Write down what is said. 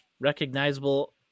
recognizable